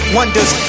Wonders